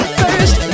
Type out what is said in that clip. first